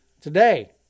today